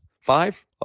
Five